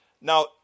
Now